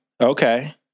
Okay